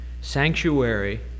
sanctuary